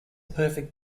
perfect